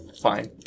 Fine